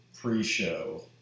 pre-show